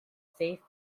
safe